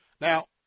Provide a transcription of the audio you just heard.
Now